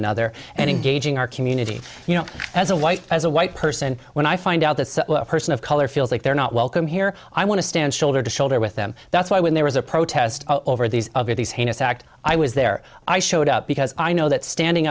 another and engaging our community you know as a white as a white person when i find out that a person of color feels like they're not welcome here i want to stand shoulder to shoulder with them that's why when there was a protest over these of of these heinous act i was there i showed up because i know that standing